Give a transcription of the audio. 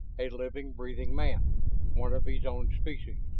a living, breathing man one of his own species,